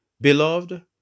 Beloved